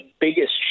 biggest